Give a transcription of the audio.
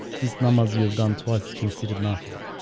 these numbers you have done twice considered nafta.